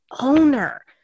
owner